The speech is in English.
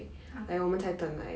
ah